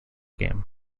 game